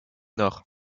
nord